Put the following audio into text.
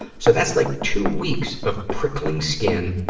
so, that's like two weeks of prickling skin,